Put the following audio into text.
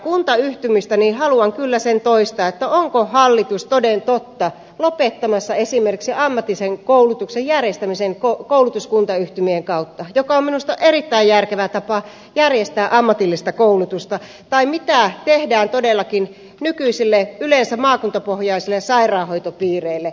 kuntayhtymistä haluan kyllä sen toistaa onko hallitus toden totta lopettamassa esimerkiksi ammatillisen koulutuksen järjestämisen koulutuskuntayhtymien kautta joka on minusta erittäin järkevä tapa järjestää ammatillista koulutusta tai mitä tehdään todellakin nykyisille yleensä maakuntapohjaisille sairaanhoitopiireille